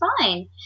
fine